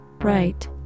Right